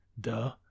Duh